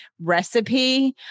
recipe